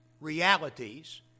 realities